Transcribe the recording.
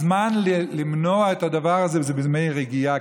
הזמן למנוע את הדבר הזה הוא בימי רגיעה,